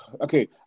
okay